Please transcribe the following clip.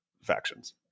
factions